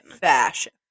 Fashion